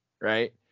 right